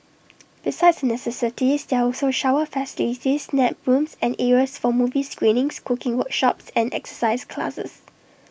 besides the necessities there are also shower facilities nap rooms and areas for movie screenings cooking workshops and exercise classes